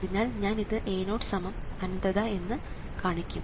അതിനാൽ ഞാൻ ഇത് A0 സമം അനന്തത എന്ന് കാണിക്കും